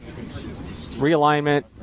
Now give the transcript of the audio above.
realignment